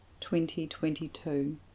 2022